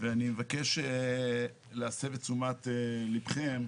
אני מבקש להסב את תשומת לבכם,